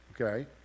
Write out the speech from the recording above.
okay